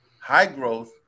high-growth